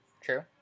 true